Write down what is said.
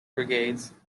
brigades